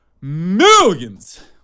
millions